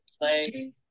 play